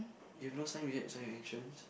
you have no sign beside the side entrance